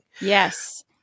Yes